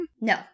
No